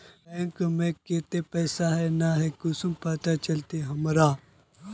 Bank में केते पैसा है ना है कुंसम पता चलते हमरा?